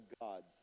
gods